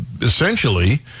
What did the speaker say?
essentially